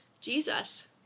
Jesus